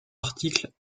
articles